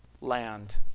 land